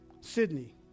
Sydney